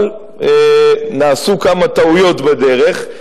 אבל נעשו כמה טעויות בדרך,